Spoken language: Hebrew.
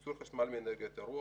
לגבי ייצור חשמל מאנרגיית הרוח,